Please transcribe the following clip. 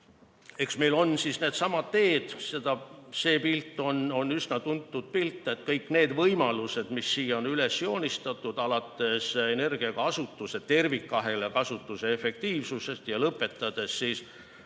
Eks meil on needsamad teed. See pilt on üsna tuntud pilt, aga kõik need võimalused, mis siia on üles joonistatud, alates energiakasutuse, tervikahela kasutuse efektiivsusest ja lõpetades